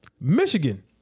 Michigan